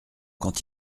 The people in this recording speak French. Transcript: quand